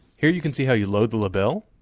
here you can see how you load the lebel.